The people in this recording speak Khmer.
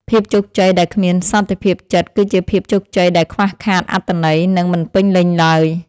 ភាពជោគជ័យដែលគ្មានសន្តិភាពចិត្តគឺជាភាពជោគជ័យដែលខ្វះខាតអត្ថន័យ និង មិនពេញលេញឡើយ។